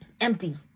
empty